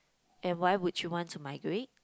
and why would you want to migrate